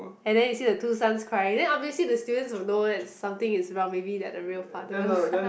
and then you see the two sons crying then obviously the students will know that something is wrong maybe they are the real father